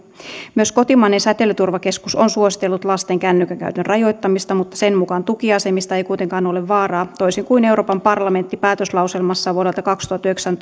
myös kotimainen säteilyturvakeskus on suositellut lasten kännykän käytön rajoittamista mutta sen mukaan tukiasemista ei kuitenkaan ole vaaraa toisin kuin euroopan parlamentti päätöslauselmassaan vuodelta kaksituhattayhdeksän